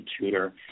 tutor